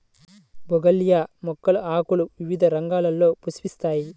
bougainvillea మొక్క ఆకులు వివిధ రంగుల్లో పుష్పిస్తాయి